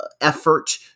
effort